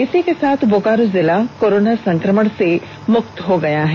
इसी के साथ बोकारो जिला कोरोना संकमण से मुक्त हो गया है